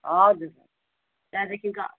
हजुर त्यहाँदेखिको